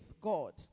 God